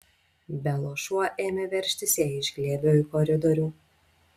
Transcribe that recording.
belos šuo ėmė veržtis jai iš glėbio į koridorių